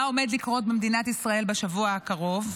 מה עומד לקרות במדינת ישראל בשבוע הקרוב.